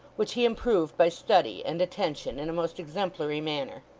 which he improved by study and attention in a most exemplary manner.